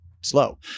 slow